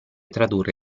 tradurre